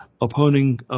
opposing